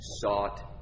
sought